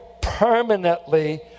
permanently